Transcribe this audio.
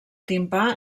timpà